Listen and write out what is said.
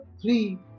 three